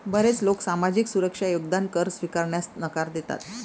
बरेच लोक सामाजिक सुरक्षा योगदान कर स्वीकारण्यास नकार देतात